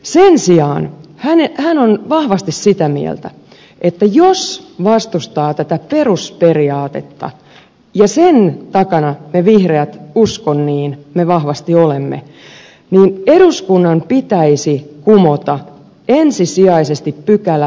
sen sijaan hän on vahvasti sitä mieltä että jos vastustaa tätä perusperiaatetta ja sen takana me vihreät uskon niin vahvasti olemme niin eduskunnan pitäisi kumota ensisijaisesti pykälä työttömyysturvalaista